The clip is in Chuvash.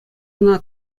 ӑна